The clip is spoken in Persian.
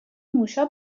موشا